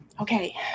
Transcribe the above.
Okay